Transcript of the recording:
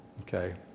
okay